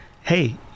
hey